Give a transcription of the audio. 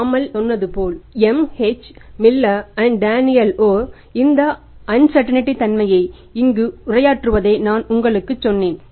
பாமால் தன்மையை இங்கு உரையாற்றுவதை நான் உங்களுக்குச் சொன்னேன்